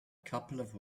couple